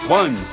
one